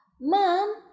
mom